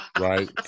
right